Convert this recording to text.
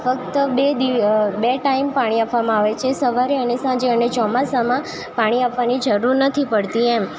ફક્ત બે ટાઈમ પાણી આપવામાં આવે છે સવારે અને સાંજે અને ચોમાસામાં પાણી આપવાની જરૂર નથી પડતી એમ